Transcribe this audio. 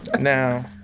Now